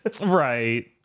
Right